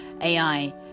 AI